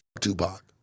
Tupac